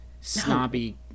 snobby